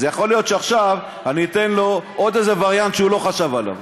אז יכול להיות שעכשיו אני אתן לו עוד איזה וריאנט שהוא לא חשב עליו.